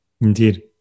Indeed